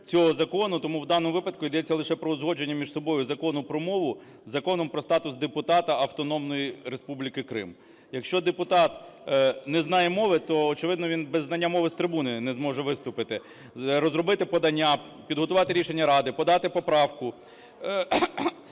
цього закону, тому в даному випадку йдеться лише про узгодження між собою Закону про мову з Законом про статус депутата Автономної Республіки Крим. Якщо депутат не знає мови, то, очевидно, він без знання мови з трибуни не зможе виступити, розробити подання, підготувати рішення Ради, подати поправку.